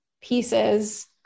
pieces